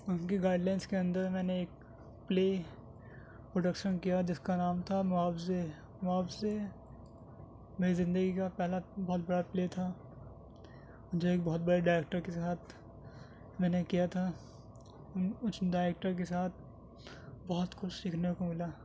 ان کی guidelines کے اندر میں نے پلے پروڈکشن کیا جس کا نام تھا معاوضے معاوضے میری زندگی کا پہلا بہت بڑا پلے تھا مجھے ایک بہت بڑے ڈائریکٹر کے ساتھ میں نے کیا تھا ان اس ڈائریکٹر کے ساتھ بہت کچھ سیکھنے کو ملا